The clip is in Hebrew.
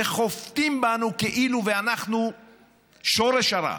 וחובטים בנו כאילו שאנחנו שורש הרע.